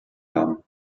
haben